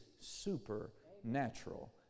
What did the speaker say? supernatural